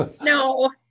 no